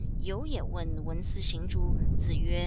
you ye wen wen si xing zhu, zi yue,